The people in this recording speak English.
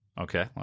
Okay